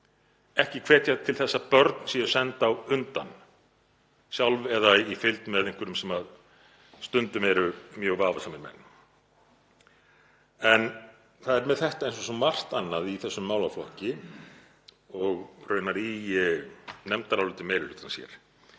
ekki hvetja til þess að börn séu send á undan sjálf eða í fylgd með einhverjum sem stundum eru mjög vafasamir menn. En það er með þetta eins og svo margt annað í þessum málaflokki og raunar í nefndaráliti meiri hlutans hér